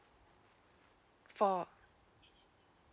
for